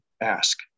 ask